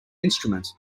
instrument